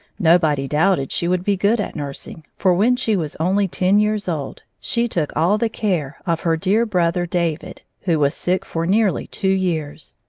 nobody doubted she would be good at nursing, for when she was only ten years old, she took all the care of her dear brother david who was sick for nearly two years.